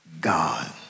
God